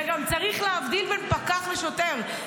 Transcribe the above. וגם צריך להבדיל בין פקח לשוטר,